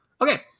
Okay